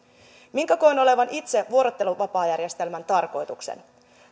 minkä koen olevan itse vuorotteluvapaajärjestelmän tarkoituksen